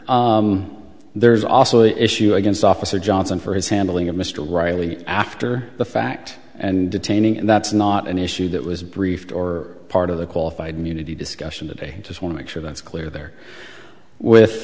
there's also the issue against officer johnson for his handling of mr riley after the fact and detaining and that's not an issue that was briefed or part of the qualified immunity discussion that they just want to be sure that's clear there with